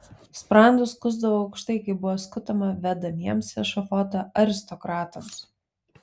sprandus skusdavo aukštai kaip buvo skutama vedamiems į ešafotą aristokratams